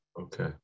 Okay